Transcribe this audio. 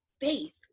faith